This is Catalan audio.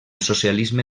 socialisme